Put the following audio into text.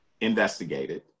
investigated